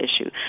issue